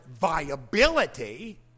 viability